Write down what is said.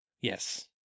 Yes